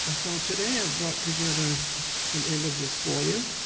ah so today i've brought together some images for you.